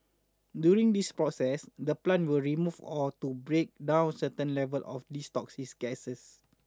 during this process the plants will remove or to break down certain levels of these toxic gases